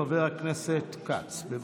חבר הכנסת כץ, בבקשה.